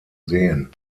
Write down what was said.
sehen